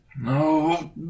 No